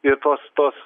ir tos tos